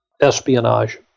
espionage